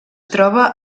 troba